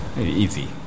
easy